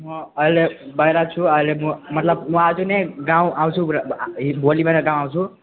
म अहिले बाहिर छु अहिले म मतलब म आज नै गाउँ आउँछु र भोलि बिहान गाउँ आउँछु